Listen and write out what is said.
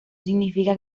significa